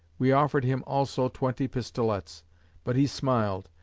we offered him also twenty pistolets but he smiled,